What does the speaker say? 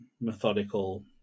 methodical